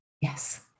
Yes